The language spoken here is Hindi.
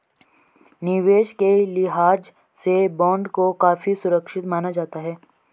निवेश के लिहाज से बॉन्ड को काफी सुरक्षित माना जाता है